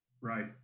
right